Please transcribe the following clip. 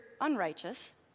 unrighteous